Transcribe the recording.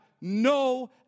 no